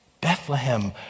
Bethlehem